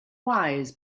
wise